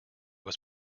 was